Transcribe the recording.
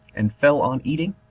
and fell on eating,